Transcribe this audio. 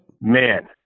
Man